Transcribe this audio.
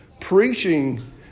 preaching